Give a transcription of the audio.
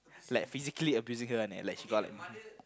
like physically abusing her and like she got